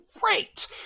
Great